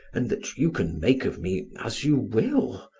and that you can make of me as you will,